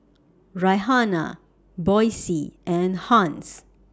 Rihanna Boysie and Hans